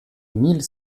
mille